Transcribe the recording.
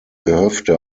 gehöfte